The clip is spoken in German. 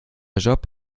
job